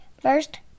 first